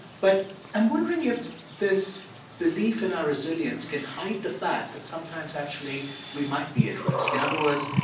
but i'm wondering if this belief in our resilience can hide the fact that sometimes actually we might be at risk. in other words,